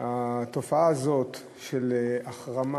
התופעה הזאת של החרמה